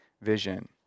vision